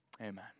amen